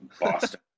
boston